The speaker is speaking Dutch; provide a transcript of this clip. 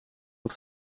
nog